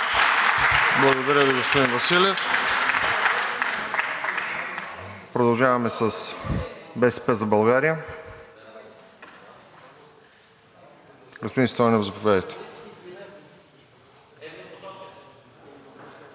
Благодаря Ви, господин Василев. Продължаваме с „БСП за България“ – господин Стойнев, заповядайте.